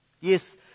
Yes